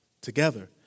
together